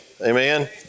Amen